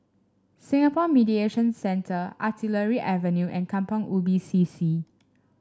Singapore Mediation Centre Artillery Avenue and Kampong Ubi C C